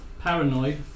Paranoid